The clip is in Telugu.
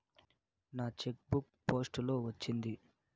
నా చెక్ బుక్ పోస్ట్ లో వచ్చింది